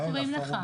איך קוראים לך?